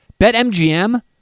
BetMGM